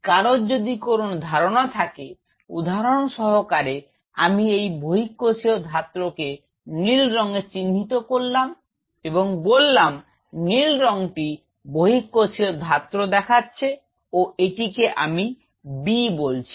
কারোর যদি কোনও ধারনা থাকে উদাহরন সহকারে আমি এই বহিঃকোষীয় ধাত্রকে নীল রঙে চিহ্নিত করলাম এবং বললাম নীল রঙটি বহিঃকোষীয় ধাত্র দেখাচ্ছে ও এটিকে আমি B বলছি